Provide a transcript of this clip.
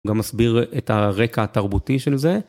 גם מסביר את הרקע התרבותי של זה.